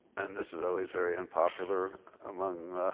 and this is always very unpopular among